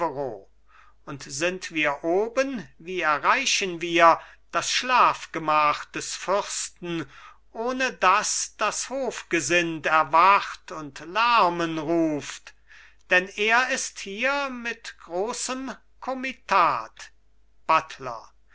und sind wir oben wie erreichen wir das schlafgemach des fürsten ohne daß das hofgesind erwacht und lärmen ruft denn er ist hier mit großem komitat buttler